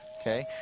okay